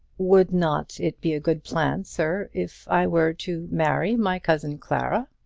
would not it be a good plan, sir, if i were to marry my cousin clara?